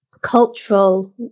cultural